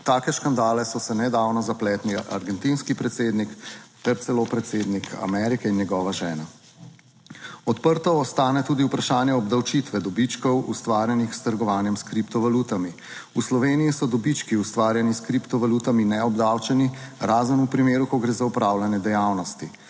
take škandale so se nedavno zapletli argentinski predsednik ter celo predsednik Amerike in njegova žena. Odprto ostane tudi vprašanje obdavčitve dobičkov, ustvarjenih s trgovanjem s kriptovalutami. V Sloveniji so dobički, ustvarjeni s kriptovalutami neobdavčeni, razen v primeru, ko gre za opravljanje dejavnosti.